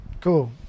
Cool